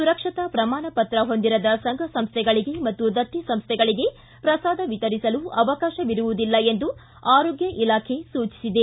ಸುರಕ್ಷತಾ ಪ್ರಮಾಣ ಪತ್ರ ಹೊಂದಿರದ ಸಂಘ ಸಂಸ್ಥೆಗಳಗೆ ಮತ್ತು ದತ್ತಿ ಸಂಸ್ಥೆಗಳಿಗೆ ಪ್ರಸಾದ ವಿತರಿಸಲು ಅವಕಾಶವಿರುವುದಿಲ್ಲ ಎಂದು ಆರೋಗ್ಯ ಇಲಾಖೆ ಸೂಚಿಸಿದೆ